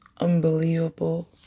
unbelievable